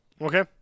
Okay